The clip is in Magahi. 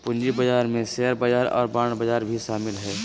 पूँजी बजार में शेयर बजार और बांड बजार भी शामिल हइ